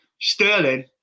Sterling